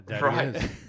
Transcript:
Right